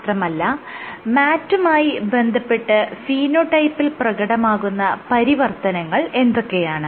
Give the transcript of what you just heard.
മാത്രമല്ല MAT മായി ബന്ധപ്പെട്ട് ഫീനോടൈപ്പിൽ പ്രകടമാകുന്ന പരിവർത്തനങ്ങൾ എന്തൊക്കെയാണ്